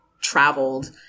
traveled